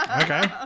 Okay